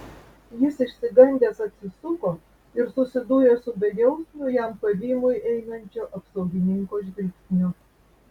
jis išsigandęs atsisuko ir susidūrė su bejausmiu jam pavymui einančio apsaugininko žvilgsniu